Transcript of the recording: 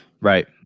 Right